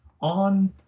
on